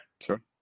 sure